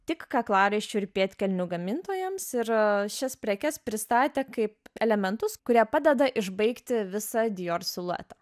tik kaklaraiščių ir pėdkelnių gamintojams ir šias prekes pristatė kaip elementus kurie padeda išbaigti visą dijor siluetą